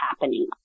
happening